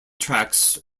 tracks